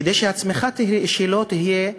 כדי שהצמיחה שלו תהיה נורמלית,